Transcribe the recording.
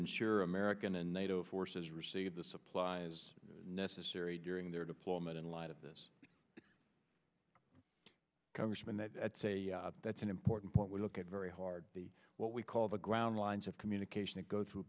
ensure american and nato forces receive the supplies necessary during their deployment in light of this congressman that's a that's an important point we look at very hard the what we call the ground lines of communication that go through